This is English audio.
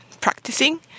practicing